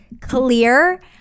clear